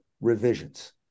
revisions